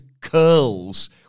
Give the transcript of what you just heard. curls